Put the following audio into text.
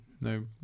no